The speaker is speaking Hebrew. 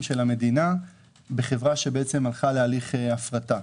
של המדינה בחברה שהלכה להליך הפרטה.